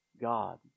God